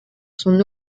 son